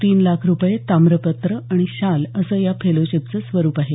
तीन लाख रुपये ताम्रपत्र आणि शाल असं या फेलोशिपचं स्वरूप आहे